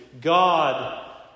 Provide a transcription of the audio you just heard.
God